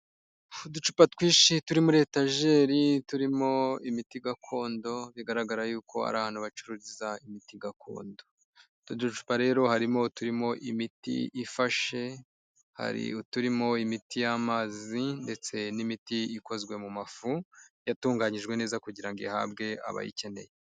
Uducupa twinshi turi muri etajeri turimo imiti gakondo, bigaragara yuko ari ahantu bacururiza imiti gakondo, utu ducupa rero harimo uturimo imiti ifashe, hari uturimo imiti y'amazi, ndetse n'imiti ikozwe mu mafu, yatunganyijwe neza kugira ngo ihabwe abayikeneye.